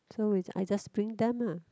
so we I just bring them ah